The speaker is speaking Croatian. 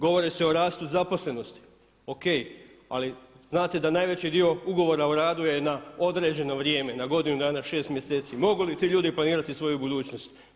Govori se o rastu zaposlenosti, O.K., ali znate da najveći dio ugovora o radu je na određeno vrijeme, na godinu dana, 6 mjeseci, mogu li ti ljudi planirati svoju budućnost?